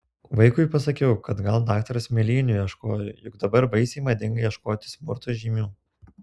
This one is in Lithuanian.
vaikui pasakiau kad gal daktaras mėlynių ieškojo juk dabar baisiai madinga ieškoti smurto žymių